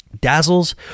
Dazzles